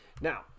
Now